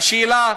השאלה: